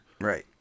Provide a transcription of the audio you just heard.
right